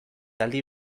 aldi